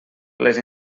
les